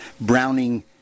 browning